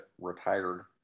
Retired